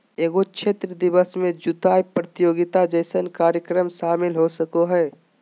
एगो क्षेत्र दिवस में जुताय प्रतियोगिता जैसन कार्यक्रम शामिल हो सकय हइ